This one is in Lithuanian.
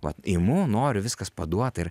vat imu noriu viskas paduota ir